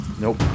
Nope